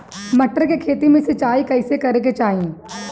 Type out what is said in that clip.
मटर के खेती मे सिचाई कइसे करे के चाही?